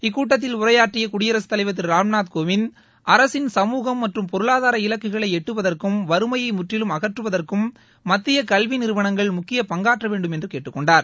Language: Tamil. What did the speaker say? இக்கூட்டத்தில் உரையாற்றிய குடியரசு தலைவர் திரு ராம்நாத் கோவிந்த் அரசின் சமூகம் மற்றும் பொருளாதார இலக்குகளை எட்டுவதற்கும் வறுமையை முற்றிலும் அகற்றுவதற்கும் மத்திய கல்வி நிறுவனங்கள் முக்கிய பங்காற்ற வேண்டும் என்று கேட்டுக்கொண்டார்